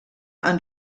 han